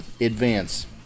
advance